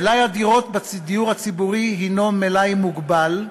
מלאי הדירות בדיור הציבורי הוא מלאי מוגבל.